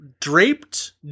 draped